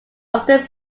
often